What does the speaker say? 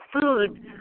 food